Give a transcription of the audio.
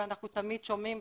אנחנו תמיד שומעים,